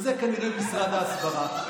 וזה כנראה משרד ההסברה.